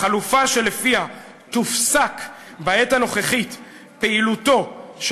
החלופה שלפיה תופסק בעת הנוכחית הפעילות של